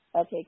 Okay